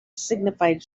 signified